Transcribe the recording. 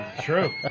True